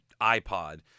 iPod